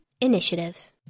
initiative